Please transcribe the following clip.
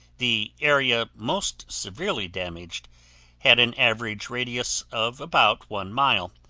the area most severely damaged had an average radius of about one mile,